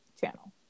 channel